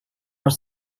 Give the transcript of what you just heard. are